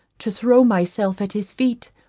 to throw myself at his feet,